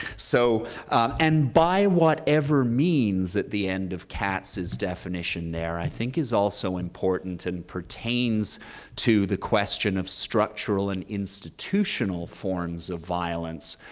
so and by whatever means at the end of katz's definition there i think is also important and pertains to the question of structural and institutional forms of violence,